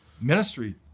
ministry